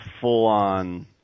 full-on